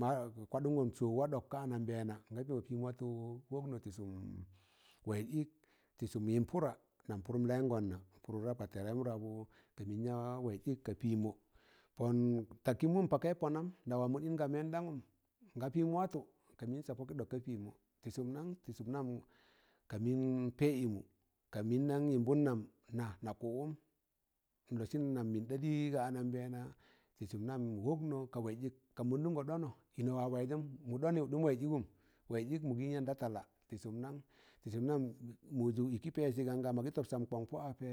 Ma kwaɗụdgọn soo wa ɗọk ka anambẹẹna na pịmọ pịm watọ wọkkọ nọ tọ sụm waịzẹ ịk, tị sụm yimb pụda na pụrụm layịngụm na pụra rap ga tẹrẹm rabụ ka mịn ya waịz ịk ka pịmọ, pọn lakị mụn pakẹị panam na wa mụnd ịn ga mẹndamụn nga pịn watọ ka mịn saa pọkị ɗọk ka pịmọ, tị sụm nan? tị sụm nam ka mịn pẹ ịmụ ka mịndam yịm bọn nam na pụrụm n lọsịn nam mịn ɗa ɗim ̣ga anambẹẹna tị sụm nam mọ wọknọ ka waịz ịk ka mụnɗuṇgọ ɗọnọ ịnọ wa waịzụn mụ ɗọnị ɗụm waịz ịgụm waịz ịk mụ gan yan da talla tị sụm nan? tị sụn nan mụ jụ ịkị pẹsi ganga magị tọb san kọng pọ apẹ